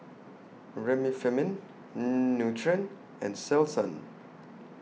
Remifemin Nutren and Selsun